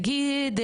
נגיד,